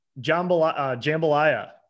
Jambalaya